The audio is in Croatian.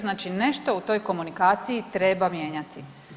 Znači nešto u toj komunikaciji treba mijenjati.